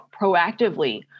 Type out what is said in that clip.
proactively